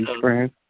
friends